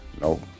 No